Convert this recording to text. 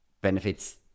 Benefits